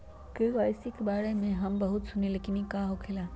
KYC के बारे में हम बहुत सुनीले लेकिन इ का होखेला?